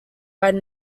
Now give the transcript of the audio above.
write